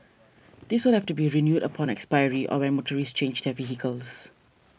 this will have to be renewed upon expiry or when motorists change their vehicles